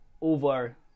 over